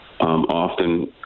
often